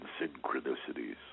synchronicities